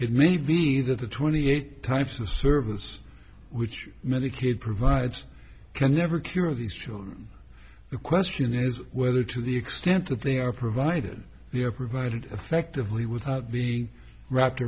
it may be that the twenty eight types of service which medicaid provides can never cure of these children the question is whether to the extent that they are provided they are provided effectively would be wrapped